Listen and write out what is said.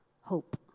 hope